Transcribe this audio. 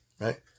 Right